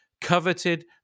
coveted